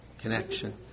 connection